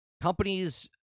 companies